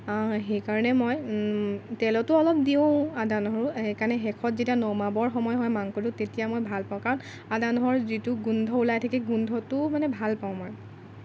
সেইকাৰণে মই তেলতো অলপ দিওঁ আদা নহৰু সেইকাৰণে শেষত যেতিয়া নমাবৰ সময় হয় মাংসটো তেতিয়া মই ভাল পাওঁ কাৰণ আদা নহৰুৰ যিটো গোন্ধ ওলাই থাকে গোন্ধটোও মানে ভাল পাওঁ মই